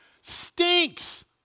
stinks